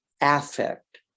affect